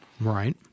Right